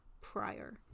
prior